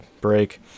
break